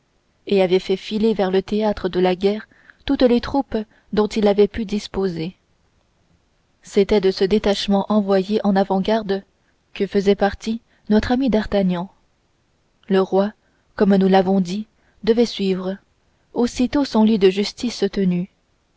et avait fait filer vers le théâtre de la guerre toutes les troupes dont il avait pu disposer c'était de ce détachement envoyé en avant-garde que faisait partie notre ami d'artagnan le roi comme nous l'avons dit devait suivre aussitôt son lit de justice tenu